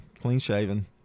Clean-shaven